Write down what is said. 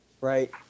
right